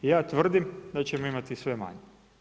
I ja tvrdim da ćemo imati sve manje.